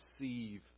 receive